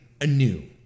anew